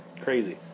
crazy